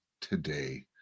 today